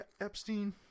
Epstein